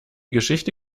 geschichte